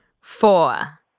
Four